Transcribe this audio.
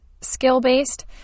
skill-based